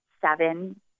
seven